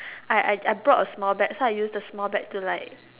I I I brought a small bag so I use the small bag to like